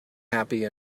happy